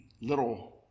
little